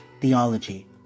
theology